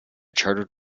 chartered